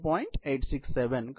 867